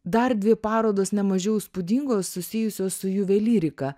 dar dvi parodos ne mažiau įspūdingos susijusios su juvelyrika